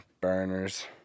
burners